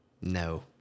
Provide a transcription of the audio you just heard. No